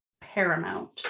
paramount